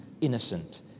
innocent